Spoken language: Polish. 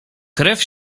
krew